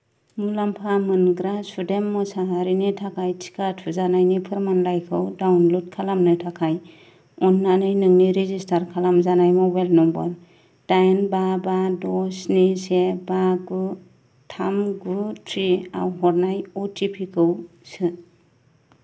मुलामफा मोनग्रा सुदेम मसाहारिनि थाखाय टिका थुजानायनि फोरमानलाइखौ डाउनल'ड खालामनो थाखाय अन्नानै नोंनि रेजिसटार खालामजानाय म'बाइल नम्बर दाइन बा बा द' स्नि से बा गु थाम गु थ्री आव हरनाय अ टि पि खौ सो